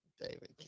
David